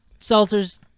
Seltzers